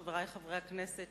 חברי חברי הכנסת,